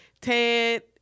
Ted